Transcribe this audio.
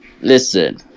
listen